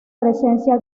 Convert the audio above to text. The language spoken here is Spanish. presencia